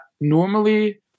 normally